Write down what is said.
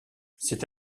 c’est